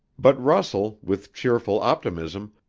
but russell, with cheerful optimism,